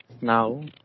now